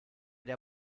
der